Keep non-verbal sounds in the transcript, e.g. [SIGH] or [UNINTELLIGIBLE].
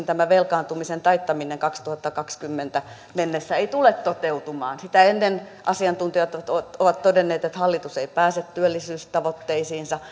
[UNINTELLIGIBLE] tämä velkaantumisen taittaminen kaksituhattakaksikymmentä mennessä ei tule toteutumaan sitä ennen asiantuntijat ovat ovat todenneet että hallitus ei pääse työllisyystavoitteisiinsa [UNINTELLIGIBLE]